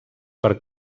per